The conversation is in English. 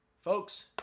Folks